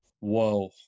Whoa